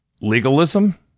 legalism